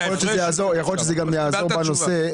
יכול להיות שזה גם יעזור בנושא,